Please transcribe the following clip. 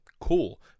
Cool